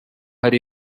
ari